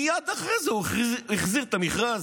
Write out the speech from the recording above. מייד אחרי זה הוא החזיר את המשרד.